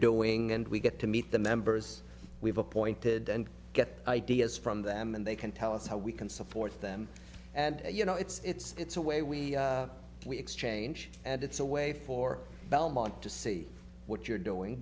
doing and we get to meet the members we've appointed and get ideas from them and they can tell us how we can support them and you know it's a way we we exchange and it's a way for belmont to see what you're doing